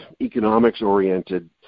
economics-oriented